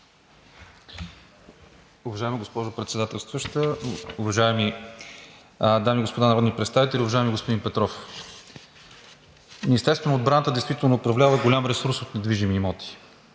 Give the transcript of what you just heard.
Уважаема госпожо Председателстваща, уважаеми дами и господа народни представители! Уважаеми господин Петров, Министерството на отбраната действително управлява голям ресурс от недвижими имоти.